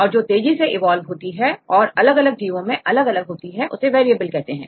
और जो तेजी से इवॉल्व होती है और अलग अलग जीवो में अलग अलग होती है को वेरिएबल कहते हैं